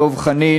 דב חנין,